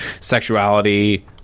sexuality